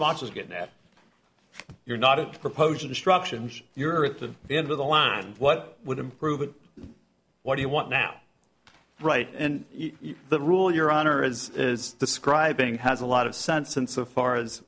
monsters get that you're not a proposed instructions you're at the end of the line what would improve it what do you want now right and the rule your honor is is describing has a lot of sense insofar as